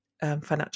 Financial